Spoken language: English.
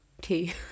Tea